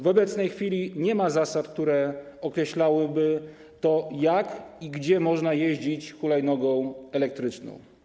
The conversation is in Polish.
W obecnej chwili nie ma zasad, które określałyby, jak i gdzie można jeździć hulajnogą elektryczną.